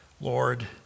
Lord